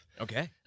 Okay